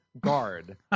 guard